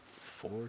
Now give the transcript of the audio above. four